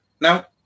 Now